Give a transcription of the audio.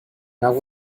not